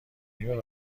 نیم